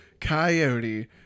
Coyote